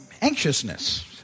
anxiousness